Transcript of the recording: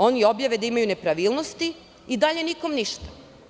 Oni objave da imaju nepravilnosti i dalje nikom ništa.